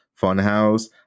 funhouse